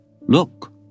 look